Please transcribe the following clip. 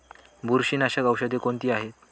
बुरशीनाशक औषधे कोणती आहेत?